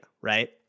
right